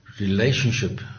relationship